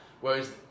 Whereas